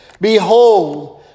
Behold